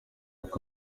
kuko